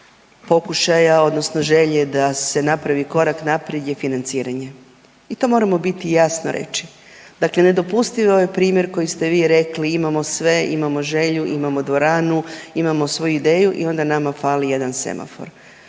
pokušaja odnosno želje da se napravi korak naprijed je financiranje i to moramo u biti jasno reći, dakle nedopustivo je primjer koji ste vi rekli, imamo sve, imamo želju, imamo dvoranu, imamo svoju ideju i onda nama fali jedan semafor,